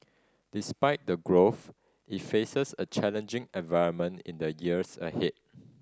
despite the growth it faces a challenging environment in the years ahead